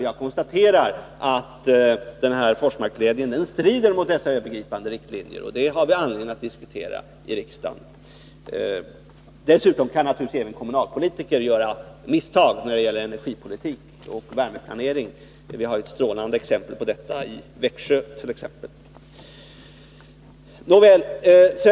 Jag konstaterar att Forsmarksledningen strider mot dessa övergripande riktlinjer, och det har vi anledning att diskutera i riksdagen. Dessutom kan naturligtvis även kommunalpolitiker göra misstag när det gäller energipolitik och värmeplanering. Vi har ett strålande exempel på detta i Växjö.